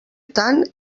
tant